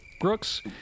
Brooks